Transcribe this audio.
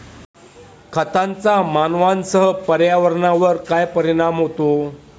खतांचा मानवांसह पर्यावरणावर काय परिणाम होतो?